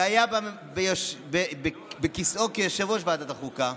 כשהיה בכיסאו כיושב-ראש ועדת החוקה,